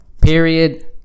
Period